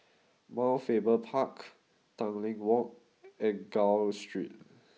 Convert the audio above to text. Mount Faber Park Tanglin Walk and Gul Street